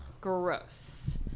Gross